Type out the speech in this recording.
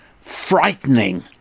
frightening